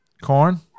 Corn